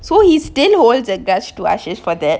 so he still holds a grudge for ashey for that